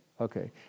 Okay